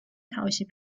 თავისი